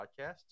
podcasts